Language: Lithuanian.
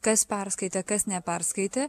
kas perskaitė kas neperskaitė